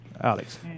Alex